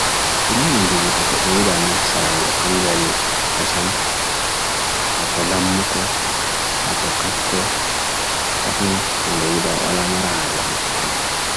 Mammals heɓi mbannde ngoodi, ko yimbi. Miijeeji fiinooko laawol ɓe, puccu.